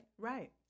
Right